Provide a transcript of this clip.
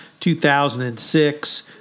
2006